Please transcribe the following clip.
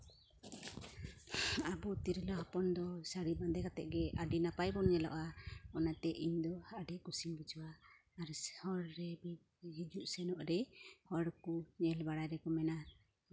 ᱟᱵᱚ ᱛᱤᱨᱞᱟᱹ ᱦᱚᱯᱚᱱ ᱫᱚ ᱥᱟᱹᱲᱤ ᱵᱟᱸᱫᱮ ᱠᱟᱛᱮ ᱜᱮ ᱟᱹᱰᱤ ᱱᱟᱯᱟᱭ ᱵᱚᱱ ᱧᱮᱞᱚᱜᱼᱟ ᱚᱱᱟᱛᱮ ᱤᱧᱫᱚ ᱟᱹᱰᱤ ᱠᱩᱥᱤᱧ ᱵᱩᱡᱷᱟᱹᱣᱟ ᱟᱨ ᱦᱚᱨ ᱨᱮ ᱦᱤᱡᱩᱜ ᱥᱮᱱᱚᱜ ᱨᱮ ᱦᱚᱲ ᱠᱚ ᱧᱮᱞ ᱵᱟᱲᱟ ᱨᱮᱠᱚ ᱢᱮᱱᱟ